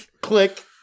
Click